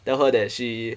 tell her that she